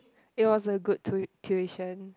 it was a good tui~ tuition